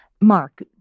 Mark